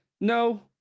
No